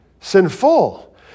sinful